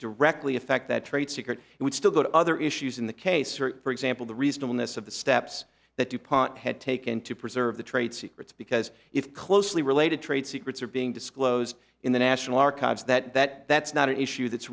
directly affect that trade secret it would still go to other issues in the case for example the reasonableness of the steps that dupont had taken to preserve the trade secrets because if closely related trade secrets are being disclosed in the national archives the that that's not an issue that's